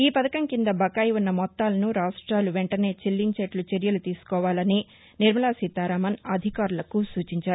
ఈ పథకం కింద బకాయి ఉన్న మొత్తాలను రాష్ట్రాలు వెంటనే చెల్లించేటట్లు చర్యలు తీసుకోవాలని నిర్మలా సీతారామన్ అధికారులకు సూచించారు